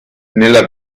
nella